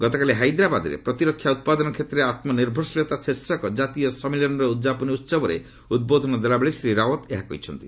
ଗତକାଲି ହାଇଦ୍ରାବାଦ୍ରେ ପ୍ରତିରକ୍ଷା ଉତ୍ପାଦନ କ୍ଷେତ୍ରରେ ଆତ୍ମନିର୍ଭରଶୀଳତା ଶୀର୍ଷକ ଜାତୀୟ ସମ୍ମିଳନୀର ଉଦ୍ଯାପନୀ ଉହବରେ ଉଦ୍ବୋଧନ ଦେଲା ବେଳେ ଶ୍ରୀ ରାଓ୍ୱତ୍ ଏହା କହିଛନ୍ତି